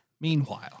Meanwhile